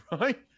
right